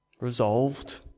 resolved